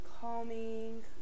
calming